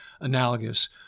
analogous